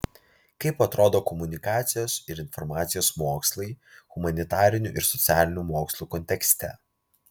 kaip atrodo komunikacijos ir informacijos mokslai humanitarinių ir socialinių mokslų kontekste